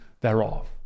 thereof